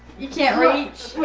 you can't reach.